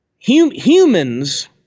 Humans